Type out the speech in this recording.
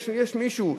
יש מישהו,